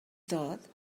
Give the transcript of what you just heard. tot